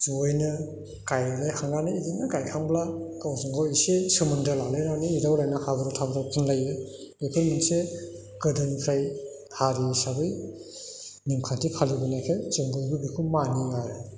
जयैनो गाइनो हानानै बिदिनो गाइखांब्ला गावजों गाव इसे सोमोन्दो लालायनानै एदावलायना हाब्रु थाब्रु फुनलायो बेफोर मोनसे गोदोनिफ्राय हारि हिसाबै नेम खान्थि फालिबोनायखाय जों बयबो बेखौ मानियो आरो